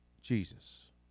Jesus